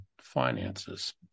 finances